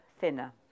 thinner